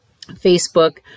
Facebook